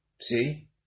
See